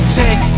take